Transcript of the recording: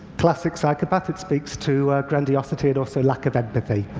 classic psychopath it speaks to grandiosity and also lack of empathy.